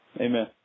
Amen